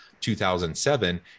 2007